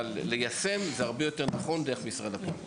אבל הרבה יותר נכון ליישם דרך משרד הפנים.